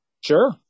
Sure